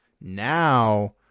now